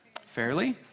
Fairly